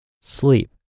sleep